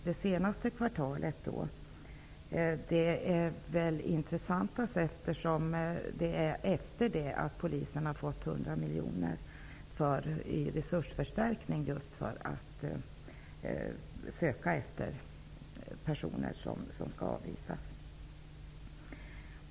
Det senaste kvartalet är intressantast, eftersom det avser tiden efter det att polisen fått 100 miljoner i resursförstärkning för att söka efter personer som skall avvisas.